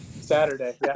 Saturday